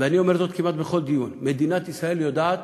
ואני אומר זאת כמעט בכל דיון: מדינת ישראל יודעת